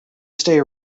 stay